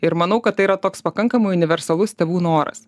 ir manau kad tai yra toks pakankamai universalus tėvų noras